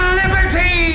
liberty